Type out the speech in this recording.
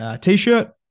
t-shirt